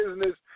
business